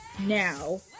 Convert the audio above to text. now